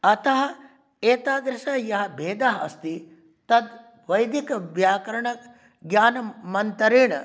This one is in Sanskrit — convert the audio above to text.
अतः एतादृशः यः भेदः अस्ति तद् वैदिकव्याकरणज्ञानमन्तरेण